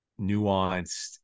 nuanced